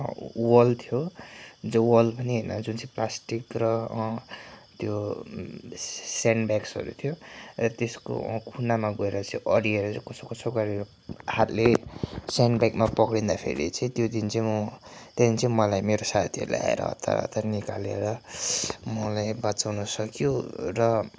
wall थियो जो wall पनि होइन जुन चाहिँ प्लास्टिक र त्यो स्यान्डबेग्सहरू थियो र त्यसको कुनामा गएर चाहिँ अडिएर कसोकसो गरेर हातले स्यान्डबेगमा पक्रिँदाखेरि चाहिँ त्यो दिन चाहिँ म त्यहाँदेखि चाहिँ मलाई मेरो साथीहरूले आएर हतार हतार निकालेर मलाई बचाउनुसक्यो र